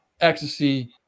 ecstasy